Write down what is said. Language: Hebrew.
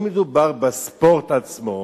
אם מדובר בספורט עצמו,